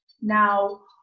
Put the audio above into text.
Now